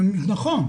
נכון.